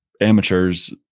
amateurs